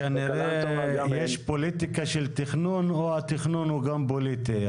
כנראה יש פוליטיקה של תכנון או שהתכנון הוא גם פוליטי,